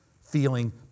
feeling